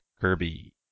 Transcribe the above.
Kirby